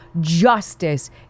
justice